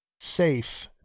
safe